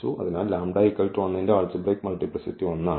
അതിനാൽ ഈ ന്റെ ആൾജിബ്രയ്ക് മൾട്ടിപ്ലിസിറ്റി 1 ആണ്